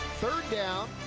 third down,